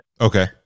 Okay